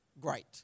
great